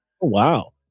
Wow